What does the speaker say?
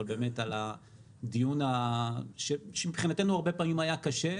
אבל באמת על הדיון שמבחינתנו הרבה פעמים היה קשה,